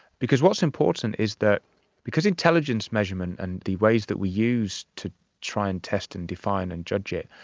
because what is important is that because intelligence measurement and the ways that we use to try and test and define and judge it,